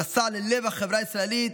המסע ללב החברה הישראלית,